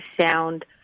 sound